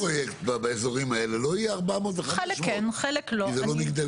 כל פרויקט באזורים האלה לא יהיה 400 ו-500 כי זה לא מגדלים,